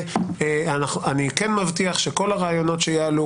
אני כן מבטיח שכל הרעיונות שיעלו,